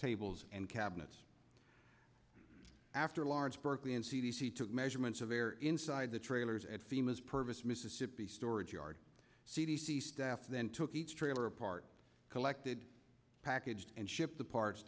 tables and cabinets after large berkeley and c d c took measurements of air inside the trailers at fema as purpose mississippi storage yard c d c staff then took each trailer apart collected packaged and shipped the parts